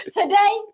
today